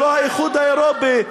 זה לא האיחוד האירופי,